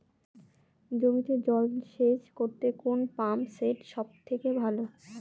জমিতে জল সেচ করতে কোন পাম্প সেট সব থেকে ভালো?